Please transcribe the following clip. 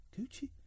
gucci